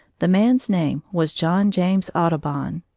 the man's name was john james audubon.